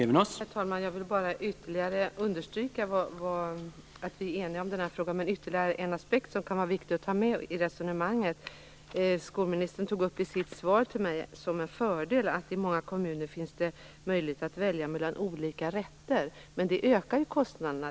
Herr talman! Jag vill bara ytterligare understryka att vi är eniga i den här frågan och ge ännu en aspekt som kan vara viktig att ta med i resonemanget. Skolministern tog upp i sitt svar till mig som en fördel att det i vissa kommuner finns möjlighet att välja mellan olika rätter. Det ökar ju kostnaderna.